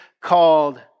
called